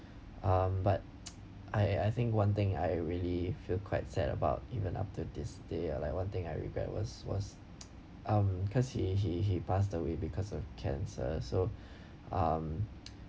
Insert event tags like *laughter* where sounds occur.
um but *noise* I I think one thing I really feel quite sad about even up to this day or like one thing I regret was was *noise* um because he he he passed away because of cancer so um